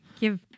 Give